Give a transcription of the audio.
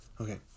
Okay